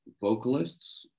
vocalists